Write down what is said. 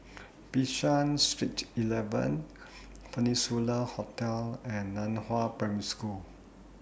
Bishan Street eleven Peninsula Hotel and NAN Hua Primary School